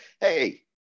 hey